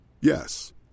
Yes